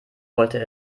wollte